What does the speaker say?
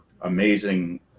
amazing